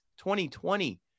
2020